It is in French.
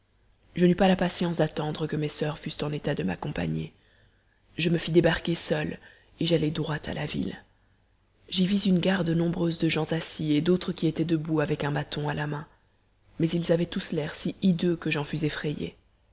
je n'eus pas la patience d'attendre que mes soeurs fussent en état de m'accompagner je me fis débarquer seule et j'allai droit à la ville j'y vis une garde nombreuse de gens assis et d'autres qui étaient debout avec un bâton à la main mais ils avaient tous l'air si hideux que j'en fus effrayée